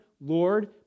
Lord